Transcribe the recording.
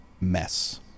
mess